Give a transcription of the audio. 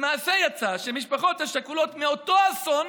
למעשה יצא שהמשפחות השכולות מאותו אסון